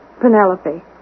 Penelope